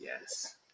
Yes